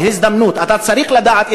אם אתה לא רוצה לראות את